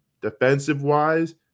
defensive-wise